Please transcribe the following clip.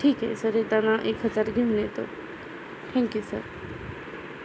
ठीक आहे सर येताना एक हजार घेऊन येतो थँक्यू सर